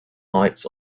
heights